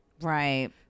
Right